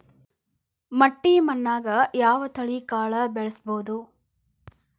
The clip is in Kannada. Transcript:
ಮಟ್ಟಿ ಮಣ್ಣಾಗ್, ಯಾವ ತಳಿ ಕಾಳ ಬೆಳ್ಸಬೋದು?